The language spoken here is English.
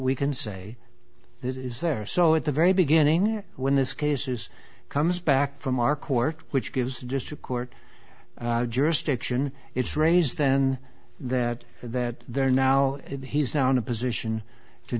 we can say that is there so at the very beginning when this case is comes back from our court which gives the district court jurisdiction it's raised then that that they're now he's now in a position to